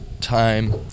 time